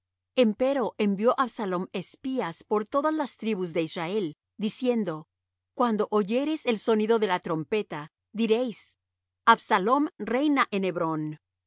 hebrón empero envió absalom espías por todas las tribus de israel diciendo cuando oyereis el sonido de la trompeta diréis absalom reina